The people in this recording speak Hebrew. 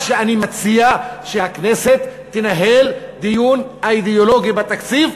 אני מציע שהכנסת תנהל דיון אידיאולוגי בתקציב,